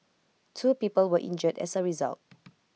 two people were injured as A result